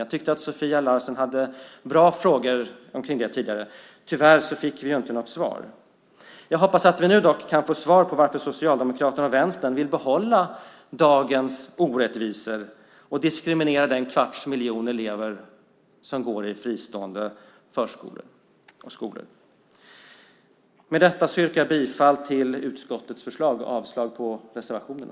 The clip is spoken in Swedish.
Jag tyckte att Sofia Larsen hade bra frågor om det tidigare. Tyvärr fick vi inte något svar. Jag hoppas dock att vi nu kan få svar på varför Socialdemokraterna och Vänstern vill behålla dagens orättvisor och diskriminera den kvarts miljon elever som går i fristående förskolor och skolor. Med detta yrkar jag bifall till utskottets förslag och avslag på reservationerna.